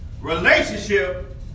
Relationship